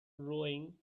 rowing